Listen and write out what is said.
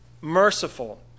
merciful